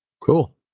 Cool